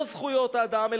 לא זכויות האדם,